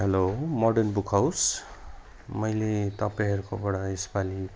hello modern book house मैले तपाईँहरूकोबाट यसपालि